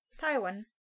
Taiwan